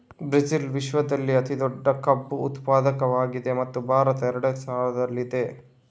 Brazil ವಿಶ್ವದಲ್ಲೇ ಅತಿ ದೊಡ್ಡ ಕಬ್ಬು ಉತ್ಪಾದಕವಾಗಿದೆ ಮತ್ತು ಭಾರತ ಎರಡನೇ ಸ್ಥಾನದಲ್ಲಿದೆ